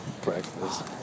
Breakfast